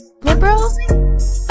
liberal